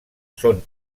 són